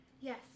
Yes